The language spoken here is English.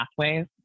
pathways